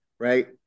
Right